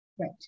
Right